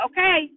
Okay